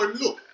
look